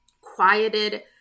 quieted